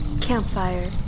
Campfire